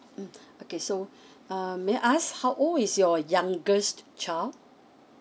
mm okay so um may I ask how old is your youngest child